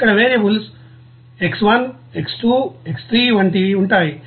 ఇక్కడ variables X1 X2 X3 వంటివి ఉంటాయి